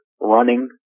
running